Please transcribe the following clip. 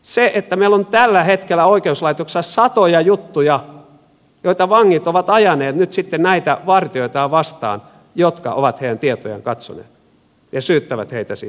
se että meillä on tällä hetkellä oikeuslaitoksessa satoja juttuja joita vangit ovat ajaneet nyt sitten näitä vartijoitaan vastaan jotka ovat heidän tietojaan katsoneet ja syyttävät heitä siis virheistä